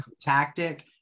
tactic